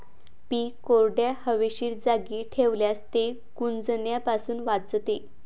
पीक कोरड्या, हवेशीर जागी ठेवल्यास ते कुजण्यापासून वाचते